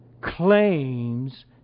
claims